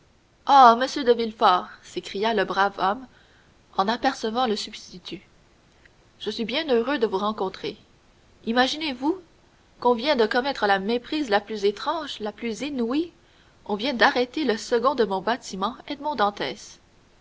ah monsieur de villefort s'écria le brave homme en apercevant le substitut je suis bien heureux de vous rencontrer imaginez-vous qu'on vient de commettre la méprise la plus étrange la plus inouïe on vient d'arrêter le second de mon bâtiment